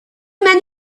men